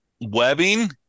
webbing